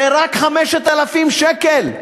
זה רק 5,000 שקל.